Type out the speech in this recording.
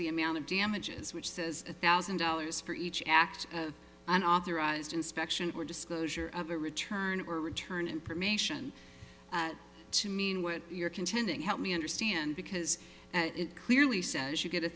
the amount of damages which says a thousand dollars for each act of unauthorized inspection or disclosure of a return or return information to mean what your contending help me understand because it clearly says you get a